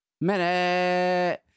Minute